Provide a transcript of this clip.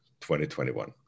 2021